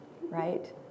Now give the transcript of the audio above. right